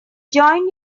join